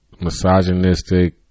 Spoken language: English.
misogynistic